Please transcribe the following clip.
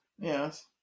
Yes